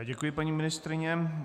Děkuji, paní ministryně.